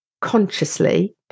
consciously